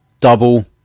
double